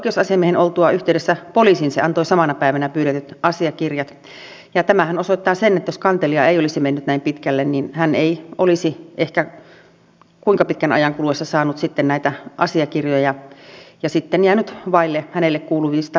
oikeusasiamiehen oltua yhteydessä poliisiin se antoi samana päivänä pyydetyt asiakirjat ja tämähän osoittaa sen että jos kantelija ei olisi mennyt näin pitkälle hän ei olisi ehkä pitkänkään ajan kuluessa saanut sitten näitä asiakirjoja ja sitten olisi jäänyt vaille hänelle kuuluvia oikeuksiaan